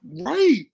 Right